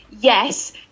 yes